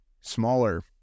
smaller